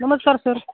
नमस्कार सर